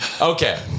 Okay